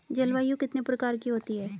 जलवायु कितने प्रकार की होती हैं?